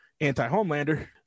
anti-Homelander